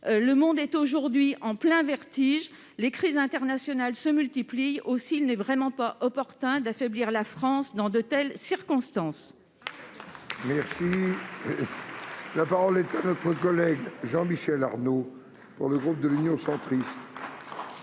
un monde aujourd'hui en plein vertige, les crises internationales se multipliant. Il n'est vraiment pas opportun d'affaiblir la France dans de telles circonstances. La parole est à M. Jean-Michel Arnaud, pour le groupe Union Centriste.